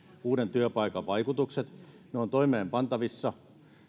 uuden työpaikan vaikutukset ne ovat toimeenpantavissa